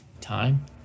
time